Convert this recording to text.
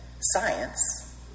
science